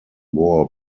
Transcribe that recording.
war